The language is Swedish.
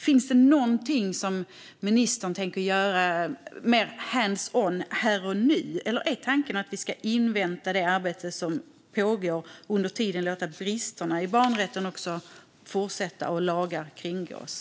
Finns det någonting som ministern tänker göra mer hands-on här och nu, eller är tanken att vi ska invänta det arbete som pågår och under tiden tillåta att bristerna i barnrätten fortsätter att vara kvar och att lagar kringgås?